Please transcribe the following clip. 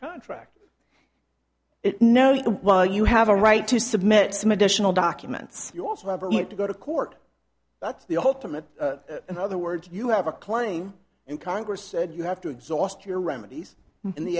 contractors know you well you have a right to submit some additional documents you also have to go to court that's the ultimate other words you have a claim and congress said you have to exhaust your remedies in the